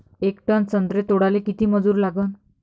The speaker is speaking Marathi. येक टन संत्रे तोडाले किती मजूर लागन?